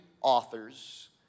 authors